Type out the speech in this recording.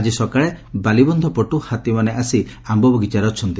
ଆକି ସକାଳେ ବାଲିବନ୍ଧ ପଟୁ ହାତୀମାନେ ଆସି ଆୟ ବଗିଚାରେ ଅଛନ୍ତି